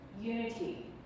unity